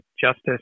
Justice